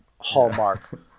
hallmark